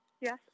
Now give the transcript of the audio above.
Yes